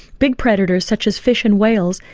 big predators, such as fish and whales,